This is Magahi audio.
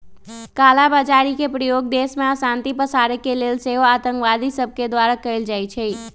कला बजारी के प्रयोग देश में अशांति पसारे के लेल सेहो आतंकवादि सभके द्वारा कएल जाइ छइ